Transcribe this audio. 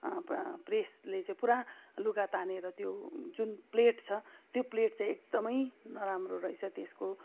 Presley चाहिँ पुरा लुगा तानेर त्यो जुन प्लेट छ त्यो प्लेट चाहिँ एकदमै नराम्रो रहेछ त्यसको